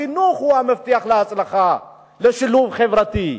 החינוך הוא המפתח להצלחה, לשילוב חברתי,